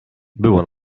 było